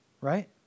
Right